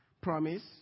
promise